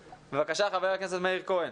בבקשה, חבר הכנסת מאיר כהן.